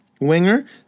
Winger